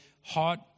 heart